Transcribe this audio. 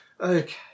Okay